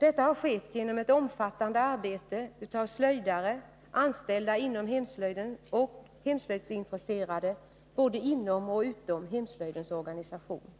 Detta har skett genom ett omfattande arbete av slöjdare, anställda inom hemslöjden och hemslöjdsintresserade både inom och utom hemslöjdens organisation.